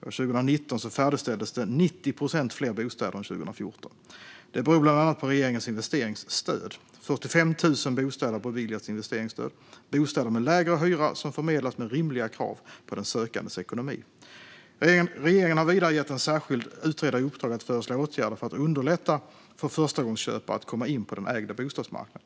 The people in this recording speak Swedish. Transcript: År 2019 färdigställdes 90 procent fler bostäder än 2014. Det beror bland annat på regeringens investeringsstöd. 45 000 bostäder har beviljats investeringsstöd. Det är bostäder med lägre hyra som förmedlas med rimliga krav på den sökandes ekonomi. Regeringen har vidare gett en särskild utredare i uppdrag att föreslå åtgärder för att underlätta för förstagångsköpare att komma in på den ägda bostadsmarknaden.